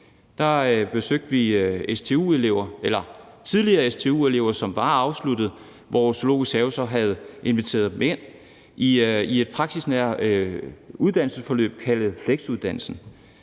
Her besøgte vi tidligere stu-elever, som havde afsluttet deres stu-forløb, og som zoologisk så havde inviteret ind i et praksisnært uddannelsesforløb kaldet fleksuddannelse.